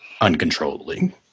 uncontrollably